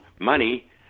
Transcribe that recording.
money